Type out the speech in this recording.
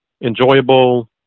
enjoyable